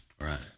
right